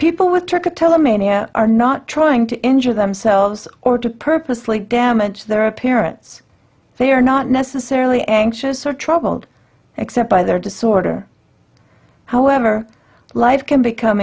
people would target tell a mania are not trying to injure themselves or to purposely damage their appearance they are not necessarily anxious or troubled except by their disorder however life can become